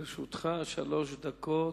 לרשותך שלוש דקות.